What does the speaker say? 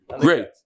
great